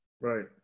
right